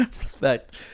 Respect